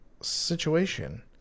situation